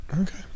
Okay